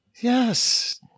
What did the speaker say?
Yes